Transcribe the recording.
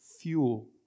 fuel